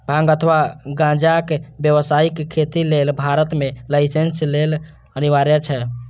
भांग अथवा गांजाक व्यावसायिक खेती लेल भारत मे लाइसेंस लेब अनिवार्य छै